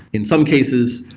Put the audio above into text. in some cases,